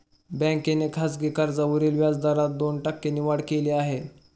बँकेने खासगी कर्जावरील व्याजदरात दोन टक्क्यांनी वाढ केली आहे